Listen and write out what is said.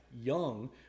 young